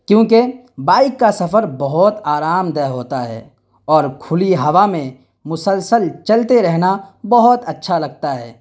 کیوںکہ بائک کا سفر بہت آرام دہ ہوتا ہے اور کھلی ہوا میں مسلسل چلتے رہنا بہت اچھا لگتا ہے